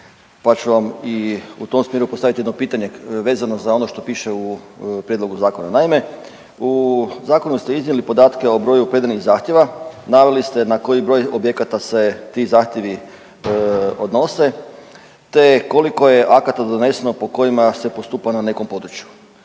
pa ću vam i u tom smjeru postaviti jedno pitanje vezano za ono što piše u prijedlogu zakona. Naime, u Zakonu ste iznijeli podatke o broju predanih zahtjeva, naveli ste na koji broj objekata se ti zahtjevi odnose te koliko je akata doneseno po kojima se postupa na nekom području.